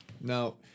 Now